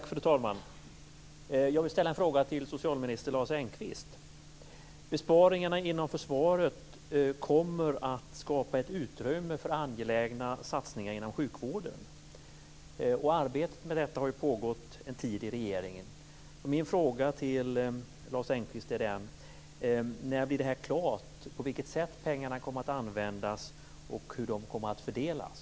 Fru talman! Jag vill ställa en fråga till socialminister Lars Engqvist. Besparingarna inom försvaret kommer att skapa ett utrymme för angelägna satsningar inom sjukvården. Arbetet med detta har pågått en tid i regeringen. Min fråga till Lars Engqvist är: När blir det klart på vilket sätt pengarna kommer att användas och hur de kommer att fördelas?